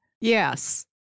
yes